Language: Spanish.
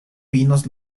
pinos